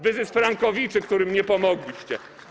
Wyzysk frankowiczów, którym nie pomogliście.